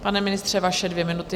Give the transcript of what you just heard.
Pane ministře, vaše dvě minuty.